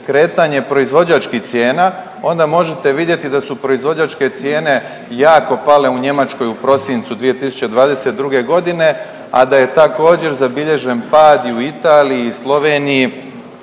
kretanje proizvođačkih cijena onda možete vidjeti da su proizvođačke cijene jako pale u Njemačkoj u prosincu 2022. godine, a da je također zabilježen pad i u Italiji, Sloveniji